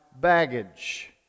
baggage